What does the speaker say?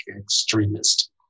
extremist